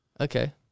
Okay